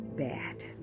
bad